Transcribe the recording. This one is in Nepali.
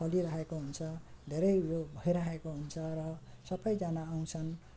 फलिरहेको हुन्छ धेरै यो भइरहेको हुन्छ र सबैजना आउँछन्